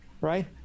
right